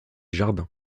jardins